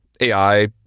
AI